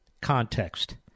context